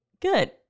Good